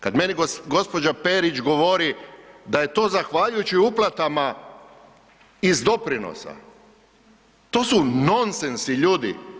Kad meni gđa. Perić govori da je to zahvaljujući uplatama iz doprinosa, to su nonsensi, ljudi.